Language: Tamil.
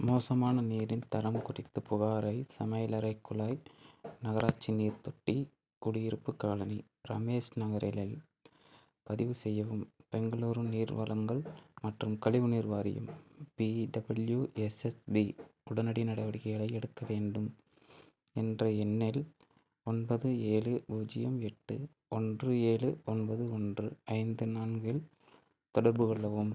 மோசமான நீரின் தரம் குறித்த புகாரை சமையலறை குழாய் நகராட்சி நீர் தொட்டி குடியிருப்பு காலனி ரமேஷ் நகரில் பதிவு செய்யவும் பெங்களூரு நீர் வழங்கல் மற்றும் கழிவுநீர் வாரியம் பிடபிள்யூஎஸ்எஸ்பி உடனடி நடவடிக்கைகளை எடுக்க வேண்டும் என்ற எண்ணில் ஒன்பது ஏழு பூஜ்ஜியம் எட்டு ஒன்று ஏழு ஒன்பது ஒன்று ஐந்து நான்கில் தொடர்பு கொள்ளவும்